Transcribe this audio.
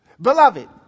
Beloved